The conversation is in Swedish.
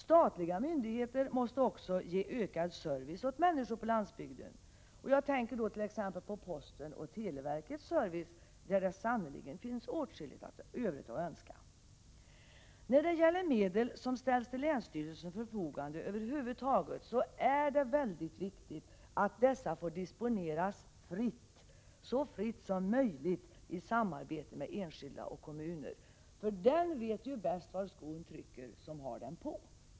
Statliga myndigheter måste också ge ökad service åt människor på landsbygden. Jag tänker t.ex. på postens och televerkets service, där det sannerligen finns åtskilligt övrigt att önska. När det gäller medel som ställs till länsstyrelsens förfogande över huvud taget är det mycket viktigt att medlen får disponeras så fritt som möjligt i samarbete med enskilda och kommuner. Den vet ju bäst var skon trycker som har den på.